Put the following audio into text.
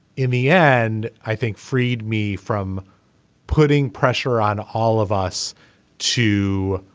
in me and i think freed me from putting pressure on all of us to